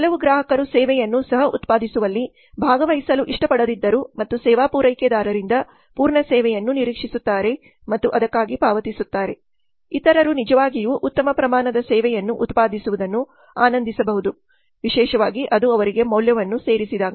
ಕೆಲವು ಗ್ರಾಹಕರು ಸೇವೆಯನ್ನು ಸಹ ಉತ್ಪಾದಿಸುವಲ್ಲಿ ಭಾಗವಹಿಸಲು ಇಷ್ಟಪಡದಿದ್ದರೂ ಮತ್ತು ಸೇವಾ ಪೂರೈಕೆದಾರರಿಂದ ಪೂರ್ಣ ಸೇವೆಯನ್ನು ನಿರೀಕ್ಷಿಸುತ್ತಾರೆ ಮತ್ತು ಅದಕ್ಕಾಗಿ ಪಾವತಿಸುತ್ತಾರೆ ಇತರರು ನಿಜವಾಗಿಯೂ ಉತ್ತಮ ಪ್ರಮಾಣದ ಸೇವೆಯನ್ನು ಉತ್ಪಾದಿಸುವುದನ್ನು ಆನಂದಿಸಬಹುದು ವಿಶೇಷವಾಗಿ ಅದು ಅವರಿಗೆ ಮೌಲ್ಯವನ್ನು ಸೇರಿಸಿದಾಗ